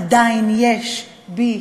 עדיין יש בי.